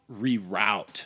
reroute